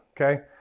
Okay